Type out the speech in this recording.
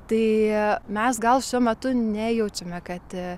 tai mes gal šiuo metu nejaučiame kad